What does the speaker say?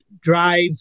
drive